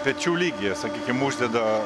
pečių lygyje sakykim uždeda